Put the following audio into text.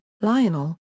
Lionel